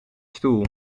stoel